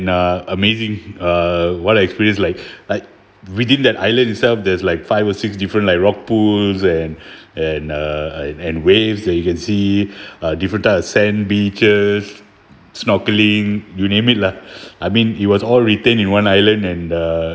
uh amazing uh what I experience like like within that island itself there's like five or six different like rock pools and and uh and and waves that you can see uh different type of sand beaches snorkelling you name it lah I mean it was all retain in one island and the